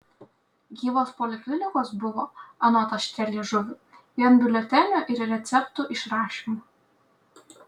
gyvos poliklinikos buvo anot aštrialiežuvių vien biuletenių ir receptų išrašymu